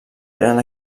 eren